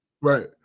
Right